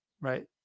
right